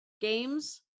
games